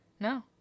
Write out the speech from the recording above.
No